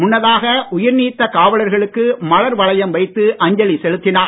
முன்னதாக உயிர்நீத்த காவலர்களுக்கு மலர் வளையம் வைத்து அஞ்சலி செலுத்தினார்